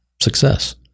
success